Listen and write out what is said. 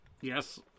yes